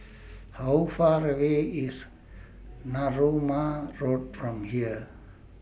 How Far away IS Narooma Road from here